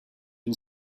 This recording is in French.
une